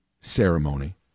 ceremony